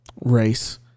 race